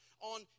on